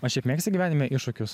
o šiaip mėgsti gyvenime iššūkius